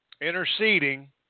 interceding